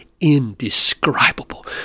indescribable